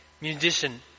musician